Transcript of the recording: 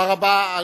תודה רבה.